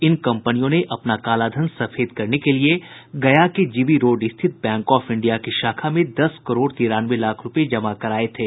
इन कंपनियों ने अपना कालाधन सफेद करने के लिए गया के जीबी रोड स्थित बैंक ऑफ इंडिया की शाखा में दस करोड़ तिरानवे लाख रूपये जमा कराये थे